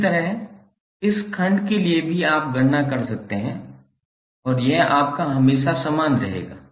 इसी तरह इस खंड के लिए भी आप गणना कर सकते हैं और यह आपका हमेशा समान रहेगा